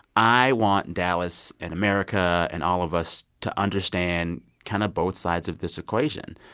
i want dallas and america and all of us to understand kind of both sides of this equation.